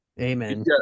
amen